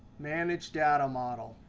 manage data model.